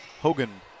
Hogan